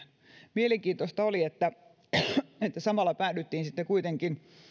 mielenkiintoista oli että samalla päädyttiin sitten kuitenkin